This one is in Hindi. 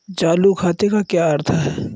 चालू खाते का क्या अर्थ है?